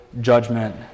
judgment